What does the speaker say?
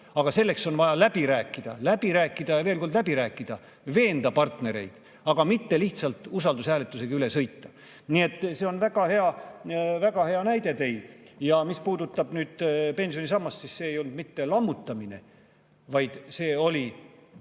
Aga selleks on vaja läbi rääkida, läbi rääkida ja veel kord läbi rääkida ning veenda partnereid, aga mitte lihtsalt usaldushääletusega üle sõita. Nii et see on väga hea näide teil. Ja mis puudutab pensionisammast, siis see ei olnud mitte lammutamine, vaid see oli